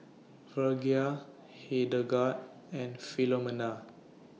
Virgia Hildegard and Filomena